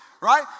right